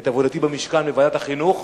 את עבודתי במשכן בוועדת החינוך.